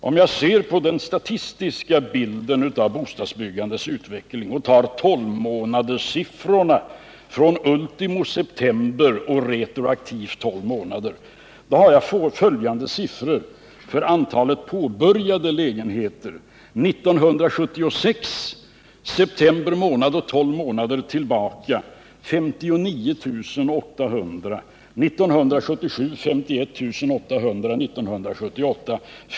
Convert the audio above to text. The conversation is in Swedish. Om jag ser på den statistiska bilden av bostadsbyggandets utveckling och tar 12-månaderssiffror från ultimo september retroaktivt 12 månader, har jag följande siffror för antalet påbörjade lägenheter: 59 800 för 1976, 51 800 för 1977 och 56 000 för 1978.